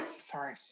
Sorry